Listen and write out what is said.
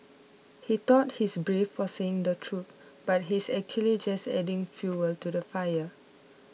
he thought he's brave for saying the truth but he's actually just adding fuel to the fire